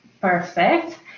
Perfect